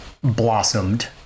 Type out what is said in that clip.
blossomed